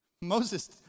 Moses